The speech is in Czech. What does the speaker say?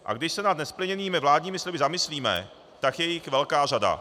A když se nad nesplněnými vládními sliby zamyslíme, tak je jich velká řada.